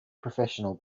professional